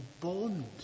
bond